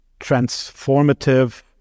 transformative